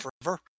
forever